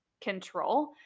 control